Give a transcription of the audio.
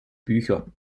bücher